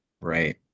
Right